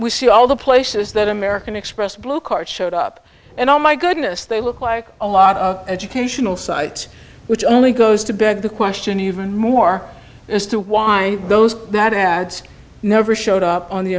we see all the places that american express blue cards showed up and oh my goodness they look like a lot of educational sites which only goes to beg the question even more as to why those that ads never showed up on the